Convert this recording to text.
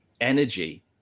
energy